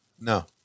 No